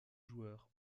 joueurs